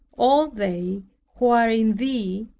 all they who are in thee,